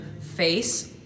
face